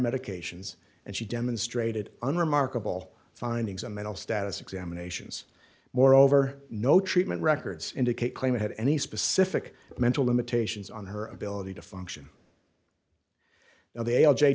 medications and she demonstrated an remarkable findings on mental status examinations moreover no treatment records indicate claim to have any specific mental limitations on her ability to function now they